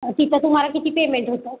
तिथं तुम्हाला किती पेमेंट होतं